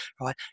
right